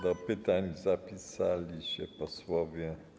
Do pytań zapisali się posłowie.